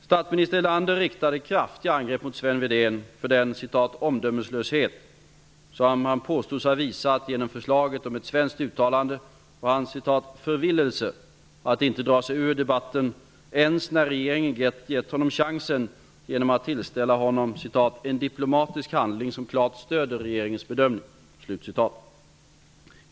Statsminister Erlander riktade kraftiga angrepp mot Sven Wedén för den ''omdömeslöshet'' som han påstods ha visat genom förslaget om ett svenskt uttalande och för hans ''förvillelse'' att inte dra sig ur debatten ens när regeringen gett honom chansen genom att tillställa honom ''en diplomatisk handling som klart stöder regeringens bedömning''.